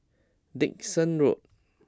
Dickson Road